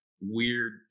weird